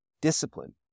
discipline